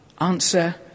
Answer